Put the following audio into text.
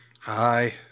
Hi